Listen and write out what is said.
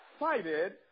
excited